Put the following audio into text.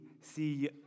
see